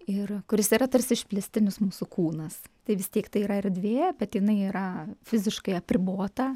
ir kuris yra tarsi išplėstinis mūsų kūnas tai vis tiek tai yra erdvė bet jinai yra fiziškai apribota